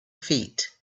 feet